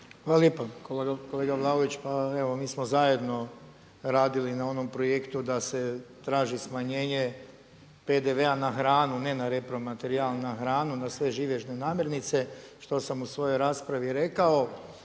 Hvala lijepa kolega Vlaović. Pa evo mi smo zajedno radili na onom projektu da se traži smanjenje PDV-a na hranu, ne na repromaterijal, na hranu, na sve živežne namirnice što sam u svojoj raspravi rekao.